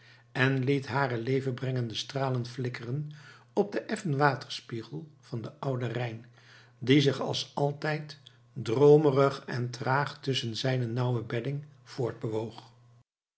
en liet hare levenbrengende stralen flikkeren op den effen waterspiegel van den ouden rijn die zich als altijd droomerig en traag tusschen zijne nauwe bedding